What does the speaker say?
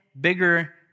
bigger